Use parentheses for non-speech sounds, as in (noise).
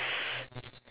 (noise)